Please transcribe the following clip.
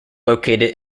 located